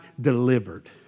delivered